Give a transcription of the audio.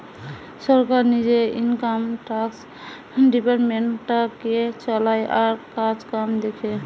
সরকার নিজে income tax ডিপার্টমেন্টটাকে চালায় আর কাজকাম দেখে